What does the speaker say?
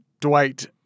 Dwight